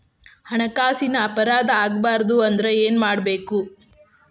ಹಣ್ಕಾಸಿನ್ ಅಪರಾಧಾ ಆಗ್ಬಾರ್ದು ಅಂದ್ರ ಏನ್ ಮಾಡ್ಬಕು?